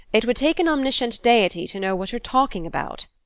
it would take an omniscient deity to know what you're talking about.